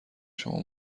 شما